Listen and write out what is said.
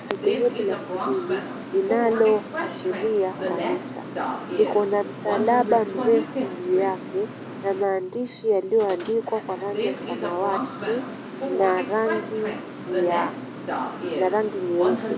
Dhehebu la kidini linaloashiria kanisa liko na msalaba mrefu juu yake na maandishi yaliyoandikwa kwa rangi ya samawati na rangi nyeupe.